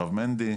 הרב מנדי,